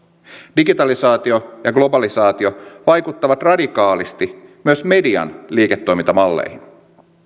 digitalisaatio ja globalisaatio vaikuttavat radikaalisti myös median liiketoimintamalleihin